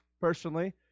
personally